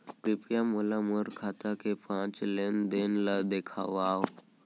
कृपया मोला मोर खाता के पाँच लेन देन ला देखवाव